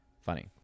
funny